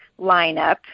lineup